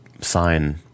sign